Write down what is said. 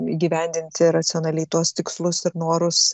įgyvendinti racionaliai tuos tikslus ir norus